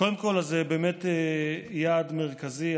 קודם כול, זה באמת יעד מרכזי.